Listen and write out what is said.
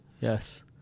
Yes